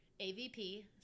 AVP